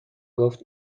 گفت